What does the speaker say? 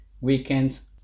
weekends